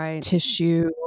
tissue